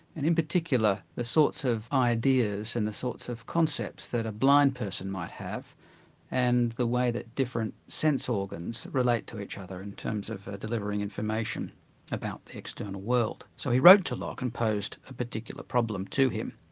and in particular the sorts of ideas and the sorts of concepts that a blind person might have and the way that different sense organs relate to each other in terms of delivering information about the external world. so he wrote to locke, and posed a particular problem to him.